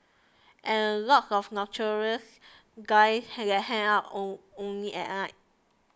and a lot of nocturnals guys hang out only at